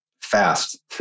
fast